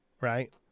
Right